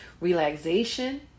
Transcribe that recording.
Relaxation